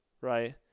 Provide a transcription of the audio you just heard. right